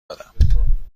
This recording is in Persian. دادم